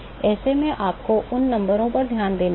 ऐसे में आपको इन नंबरों पर ध्यान देना होगा